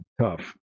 tough